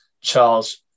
Charles